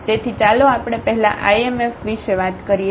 તેથી ચાલો આપણે પહેલા Im વિશે વાત કરીએ